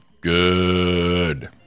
Good